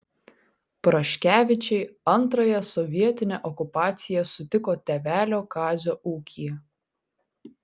praškevičiai antrąją sovietinę okupaciją sutiko tėvelio kazio ūkyje